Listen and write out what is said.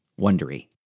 Wondery